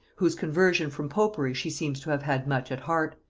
whose conversion from popery she seems to have had much at heart,